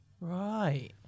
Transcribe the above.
Right